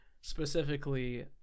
Specifically